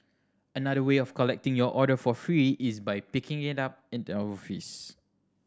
another way of collecting your order for free is by picking it up at the office